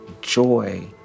joy